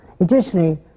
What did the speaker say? Additionally